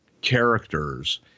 characters